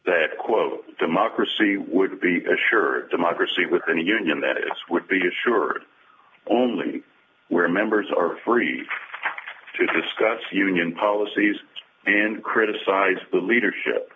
that quote democracy would be a sure democracy within the union that it would be assured only where members are free to discuss union policies and criticize the leadership